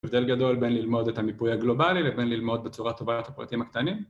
‫הבדל גדול בין ללמוד את המיפוי הגלובלי ‫לבין ללמוד בצורה טובה את הפרטים הקטנים.